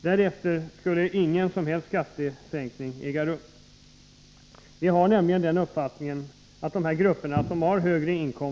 Därefter skulle ingen som helst skattesänkning äga rum.